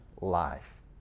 life